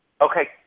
Okay